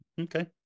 okay